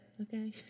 okay